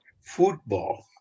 Football